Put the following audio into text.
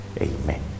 Amen